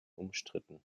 umstritten